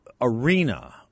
arena